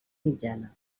mitjana